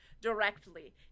directly